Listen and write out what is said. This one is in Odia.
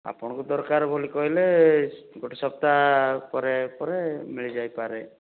ଆପଣଙ୍କୁ ଦରକାର ବୋଲି କହିଲେ ଗୋଟେ ସପ୍ତାହ ପରେ ପରେ ମିଳିଯାଇ ପାରେ